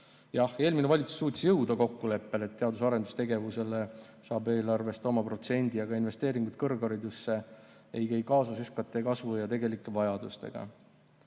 Jah, eelmine valitsus suutis jõuda kokkuleppele, et teadus‑ ja arendustegevus saab eelarvest oma protsendi, aga investeeringud kõrgharidusse ei käi kaasas SKT kasvu ja tegelike vajadustega.